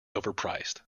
overpriced